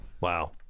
wow